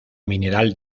mineral